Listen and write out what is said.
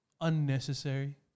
Unnecessary